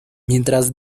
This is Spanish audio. mientras